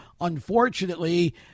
unfortunately